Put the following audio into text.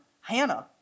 Hannah